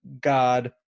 god